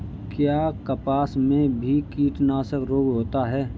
क्या कपास में भी कीटनाशक रोग होता है?